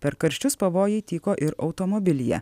per karščius pavojai tyko ir automobilyje